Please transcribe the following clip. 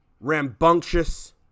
rambunctious